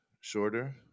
shorter